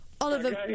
Oliver